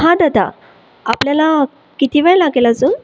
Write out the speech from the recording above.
हा दादा आपल्याला किती वेळ लागेल अजून